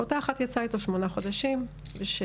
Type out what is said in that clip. ואותה אחת יצאה איתו שמונה חודשים וכשהיא